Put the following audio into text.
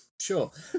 Sure